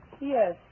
Yes